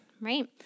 right